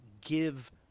give